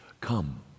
come